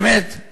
באמת את